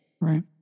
Right